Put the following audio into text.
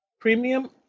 Premium